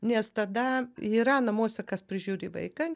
nes tada yra namuose kas prižiūri vaikai